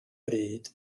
bryd